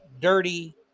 dirty